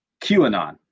QAnon